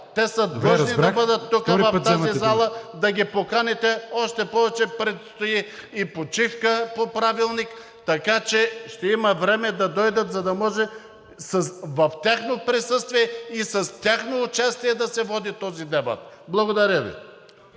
вземате думата. МУСТАФА КАРАДАЙЪ: …да ги поканите, още повече предстои и почивка по Правилник. Така че ще има време да дойдат, за да може в тяхно присъствие и с тяхно участие да се води този дебат. Благодаря Ви.